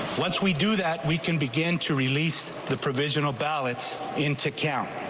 once we do that we can begin to released the provisional ballots into account.